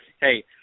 Hey